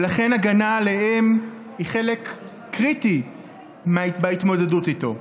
ולכן הגנה עליהם היא חלק קריטי בהתמודדות איתו.